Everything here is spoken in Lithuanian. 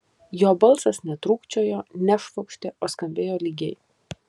jo balsas netrūkčiojo nešvokštė o skambėjo lygiai